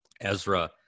Ezra